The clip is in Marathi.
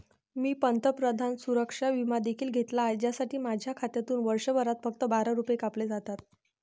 मी पंतप्रधान सुरक्षा विमा देखील घेतला आहे, ज्यासाठी माझ्या खात्यातून वर्षभरात फक्त बारा रुपये कापले जातात